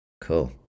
Cool